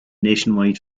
nationwide